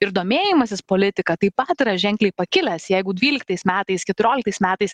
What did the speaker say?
ir domėjimasis politika taip pat yra ženkliai pakilęs jeigu dvyliktais metais keturioliktais metais